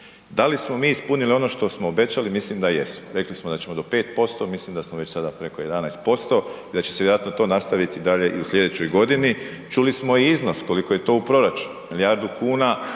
Da li smo mi ispunili ono što smo obećali, mislim da jesmo. Rekli smo da ćemo do 5%, mislim da smo već sada preko 11%, da će se vjerojatno to nastaviti dalje i u sljedećoj godini. Čuli smo i iznos koliko je to u proračunu. Milijardu kuna